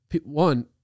One